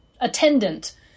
attendant